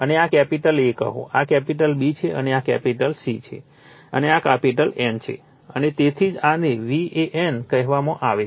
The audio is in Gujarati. અને આ કેપિટલ A કહો આ કેપિટલ B છે અને આ C છે અને આ કેપિટલ N છે અને તેથી જ આને VAN કહેવામાં આવે છે